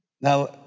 Now